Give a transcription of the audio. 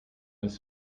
was